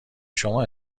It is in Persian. شما